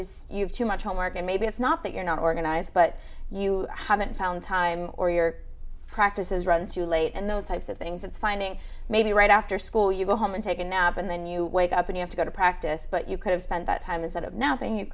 is you have too much homework and maybe it's not that you're not organized but you haven't found time or your practice is run too late and those types of things it's finding maybe right after school you go home and take a nap and then you wake up and have to go to practice but you could have spent that time instead of napping you